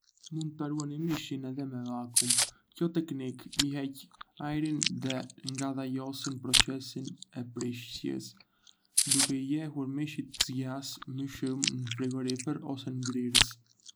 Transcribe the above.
Mund ta ruani mishin edhe me vakum. Kjo teknikë heq ajrin dhe ngadalëson procesin e prishjes, duke i lejuar mishit të zgjasë më shumë në frigorifer ose në ngrirës.